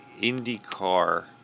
IndyCar